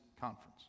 Conference